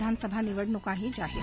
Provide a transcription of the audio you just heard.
विधानसभा निवडणुकाही जाहीर